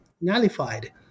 nullified